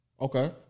Okay